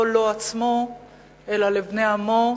לא לו לעצמו אלא לבני עמו,